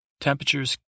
Temperatures